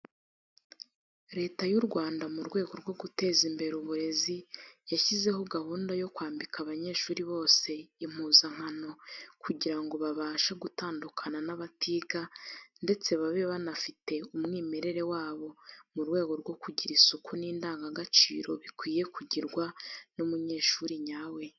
Leta y'u Rwanda mu rwego rwo guteza imbere uburezi yashyizeho gahunda yo kwambika abanyeshuri bose impuzankano kugira ngo babashe gutandukana n'abatiga ndetse babe banafite umwimerere wabo mu rwego rwo kugira isuku n'indangagaciro bikwiye kugirwa n'umunyeshuri nyawe.